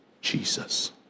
Jesus